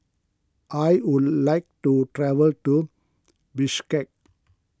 I would like to travel to Bishkek